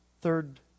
Third